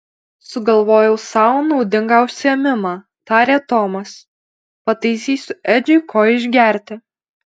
sugalvojau sau naudingą užsiėmimą tarė tomas pataisysiu edžiui ko išgerti